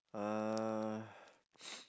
uh